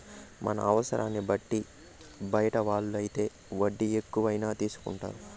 మన అవసరాన్ని బట్టి బయట వాళ్ళు అయితే వడ్డీ ఎక్కువైనా తీసుకుంటారు